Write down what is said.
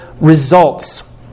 results